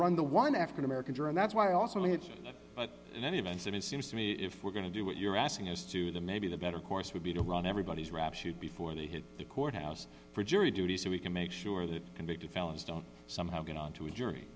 run the one african americans are and that's why also it's many events and it seems to me if we're going to do what you're asking us to the maybe the better course would be to run everybody's rap sheet before they hit the courthouse for jury duty so we can make sure that convicted felons don't somehow get onto a jury